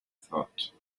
thought